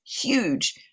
huge